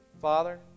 Father